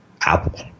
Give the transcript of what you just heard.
Apple